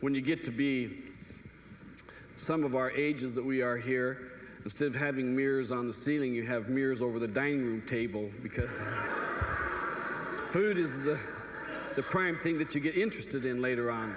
when you get to be some of our ages that we are here instead of having mirrors on the ceiling you have mirrors over the dining room table because food is the the prime thing that you get interested in later on